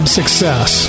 success